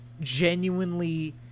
genuinely